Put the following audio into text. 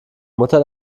mutter